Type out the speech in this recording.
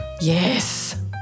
Yes